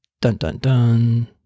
Dun-dun-dun